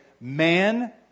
man